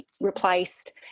replaced